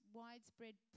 widespread